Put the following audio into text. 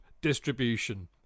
distribution